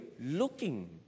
looking